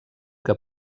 que